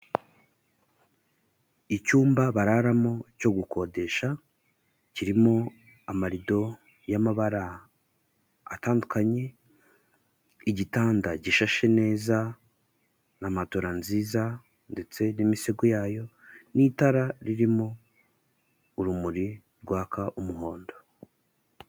Icyumba bararamo cyo gukodesha kirimo amarido y'amabara atandukanye, igitanda gishashe neza na matora nziza ndetse n'imisego yayo n'itara ririmo urumuri rwaka umuhondo.